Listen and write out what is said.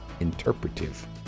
interpretive